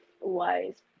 wise